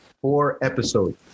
four-episodes